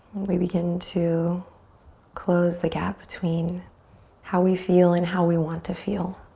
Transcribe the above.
we begin to close the gap between how we feel and how we want to feel.